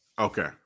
okay